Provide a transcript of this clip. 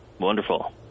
Wonderful